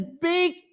big